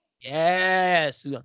Yes